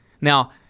Now